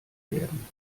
werden